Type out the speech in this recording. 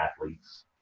athletes